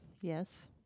yes